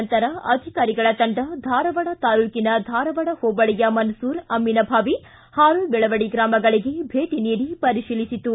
ನಂತರ ಅಧಿಕಾರಿಗಳ ತಂಡ ಧಾರವಾಡ ತಾಲೂಕಿನ ಧಾರವಾಡ ಹೋಬಳಿಯ ಮನಸೂರ ಅಮ್ಲಿನಭಾವಿ ಹಾರೋಬೆಳವಡಿ ಗ್ರಾಮಗಳಿಗೆ ಭೇಟ ನೀಡಿ ಪರಿಶೀಲಿಸಿತು